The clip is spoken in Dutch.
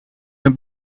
een